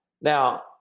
Now